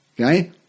Okay